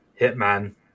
Hitman